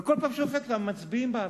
וכל פעם שהוא דופק אותם הם מצביעים בעדו.